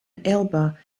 elba